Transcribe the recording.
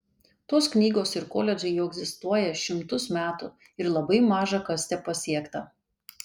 tos knygos ir koledžai jau egzistuoja šimtus metų ir labai maža kas tepasiekta